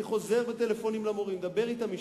אני חוזר בטלפונים למורים, אני מדבר אתם אישית.